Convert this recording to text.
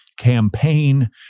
campaign